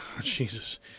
Jesus